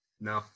No